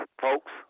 folks